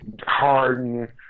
harden